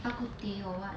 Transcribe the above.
bak kut teh or what